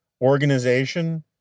organization